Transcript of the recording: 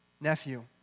nephew